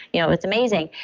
you know it's amazing.